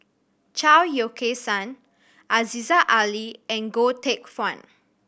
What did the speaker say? Chao Yoke San Aziza Ali and Goh Teck Phuan